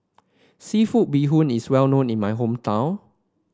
seafood Bee Hoon is well known in my hometown